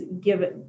given